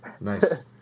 Nice